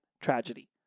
tragedy